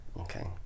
Okay